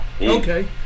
Okay